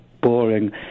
boring